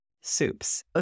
soups